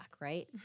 right